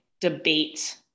debate